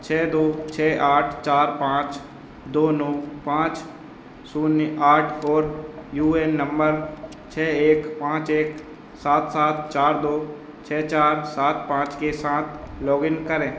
छ दो छ आठ चार पाँच दो नौ पाँच शून्य आठ और यू ए एन नंबर छ एक पाँच एक सात सात चार दो छ चार सात पाँच के साथ लॉगिन करें